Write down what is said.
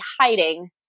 hiding